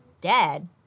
dead